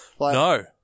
No